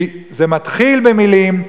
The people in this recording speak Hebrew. כי זה מתחיל במלים,